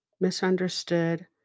misunderstood